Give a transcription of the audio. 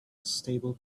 stable